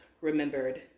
remembered